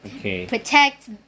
protect